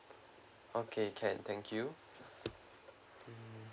okay can thank you mm